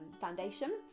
foundation